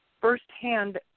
firsthand